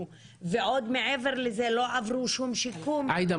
ועוד מעבר לזה לא עברו שום שיקום --- עאידה,